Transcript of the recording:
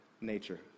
nature